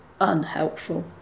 unhelpful